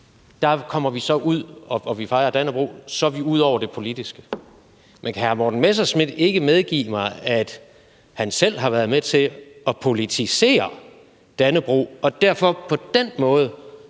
hvor man taler om og fejrer dannebrog, kommer ud over det politiske. Men kan hr. Morten Messerschmidt ikke medgive mig, at han selv har været med til at politisere dannebrog og derfor på den måde